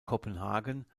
kopenhagen